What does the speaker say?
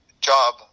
job